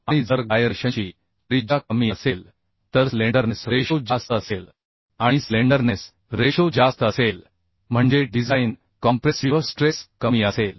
आणि जर गायरेशनची त्रिज्या कमी असेल तर स्लेंडरनेस रेशो जास्त असेल आणि स्लेंडरनेस रेशो जास्त असेल म्हणजे डिझाइन कॉम्प्रेसिव्ह स्ट्रेस कमी असेल